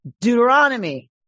Deuteronomy